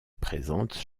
présente